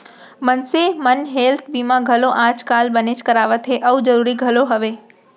मनसे मन हेल्थ बीमा घलौ आज काल बनेच करवात हें अउ जरूरी घलौ हवय